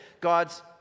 God's